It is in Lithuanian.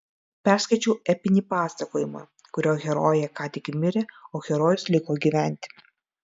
perskaičiau epinį pasakojimą kurio herojė ką tik mirė o herojus liko gyventi